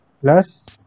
plus